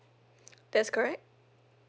that's correct